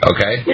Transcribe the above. Okay